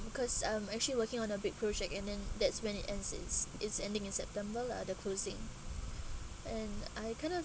because I'm actually working on a big project and then that's when it ends since it's ending in september lah the closing and I kind of